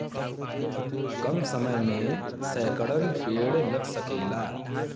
कम समय मे सैकड़न पेड़ लग सकेला